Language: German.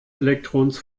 elektrons